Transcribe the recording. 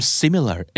similar